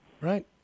right